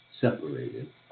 separated